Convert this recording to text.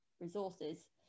resources